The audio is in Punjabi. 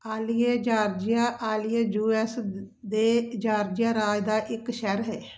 Ailey Georgia Ailey U S ਦੇ ਜਾਰਜੀਆ ਰਾਜ ਦਾ ਇੱਕ ਸ਼ਹਿਰ ਹੈ